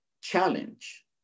challenge